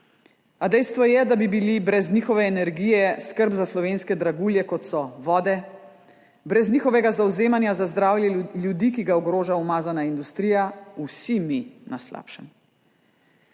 A dejstvo je, da bi bili brez njihove energije skrb za slovenske dragulje, kot so vode, brez njihovega zavzemanja za zdravje ljudi, ki ga ogroža umazana industrija, vsi mi na slabšem.